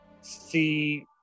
see